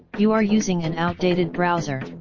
you are using an outdated browser.